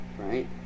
right